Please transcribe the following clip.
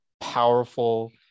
powerful